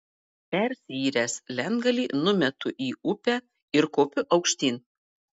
persiyręs lentgalį numetu į upę ir kopiu aukštyn